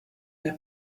der